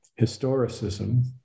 historicism